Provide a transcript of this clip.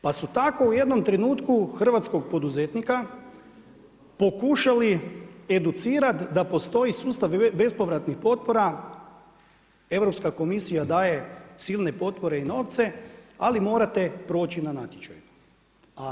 Pa su tako u jednom trenutku hrvatskog poduzetnika, pokušali educirati, da postoji sustav bespovratnih potpora, Europska komisija daje silne potpore i novce, ali morate proći na natječaju.